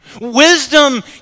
Wisdom